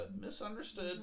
misunderstood